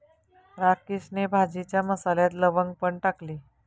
राकेशने भाजीच्या मसाल्यात लवंग पण टाकली